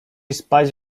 spaść